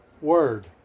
word